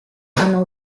hanno